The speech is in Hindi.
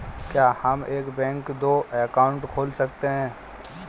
क्या हम एक बैंक में दो अकाउंट खोल सकते हैं?